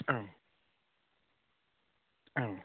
औ औ